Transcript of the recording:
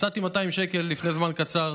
מצאתי 200 שקל לפני זמן קצר